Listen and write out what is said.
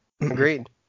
Agreed